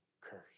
curse